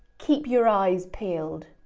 keep your eyes peeled,